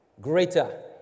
Greater